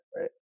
right